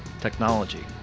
technology